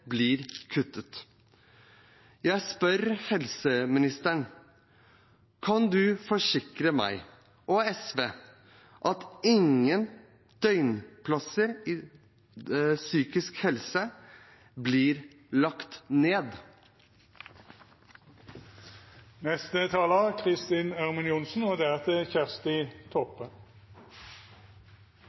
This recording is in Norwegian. blir kuttet. Jeg spør helseministeren: Kan han forsikre meg og SV om at ingen døgnplasser innen psykisk helse blir lagt ned?